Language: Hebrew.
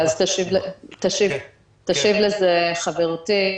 תשיב לזה חברתי,